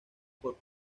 por